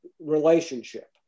relationship